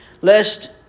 lest